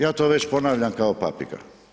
Ja to već ponavljam kao papiga.